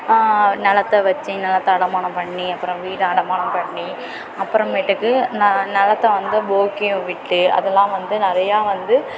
நிலத்த வச்சி நிலத்த அடமானம் பண்ணி அப்றம் வீடை அடமானம் பண்ணி அப்புறமேட்டுக்கு ந நிலத்த வந்து போக்கியம் விட்டு அதலாம் வந்து நிறையா வந்து